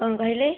କ'ଣ କହିଲେ